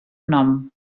nom